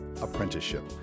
apprenticeship